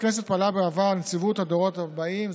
בכנסת פעלה בעבר נציבות הדורות הבאים,